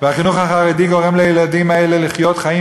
והחינוך החרדי גורם לילדים האלה לחיות חיים